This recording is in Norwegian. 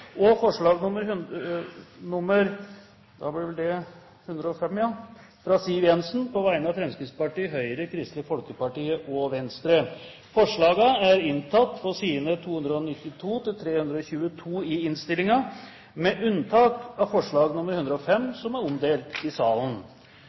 Venstre forslag nr. 105, fra Siv Jensen på vegne av Fremskrittspartiet, Høyre, Kristelig Folkeparti og Venstre Forslagene er inntatt på sidene 292–322 i innstillingen, med unntak av forslag nr. 105,